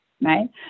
right